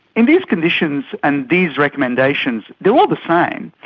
in these conditions and these recommendations, they are all the same,